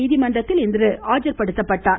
நீதிமன்றத்தில் இன்று ஆஜர்படுத்தப்பட்டார்